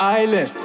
island